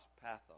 pathos